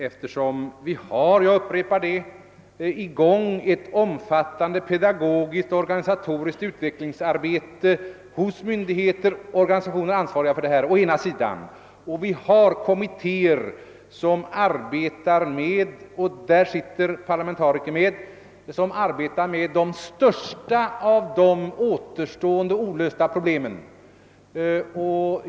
Vi har ju — jag upprepar det — i gång ett omfattande pedagogiskt, organisatoriskt utvecklingsarbete hos myndigheter, organisationer och övriga ansvariga och vi har kommittéer — där det sitter parlamentariker — som arbetar med de största av de återstående olösta problemen.